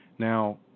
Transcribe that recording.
Now